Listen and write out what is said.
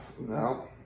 no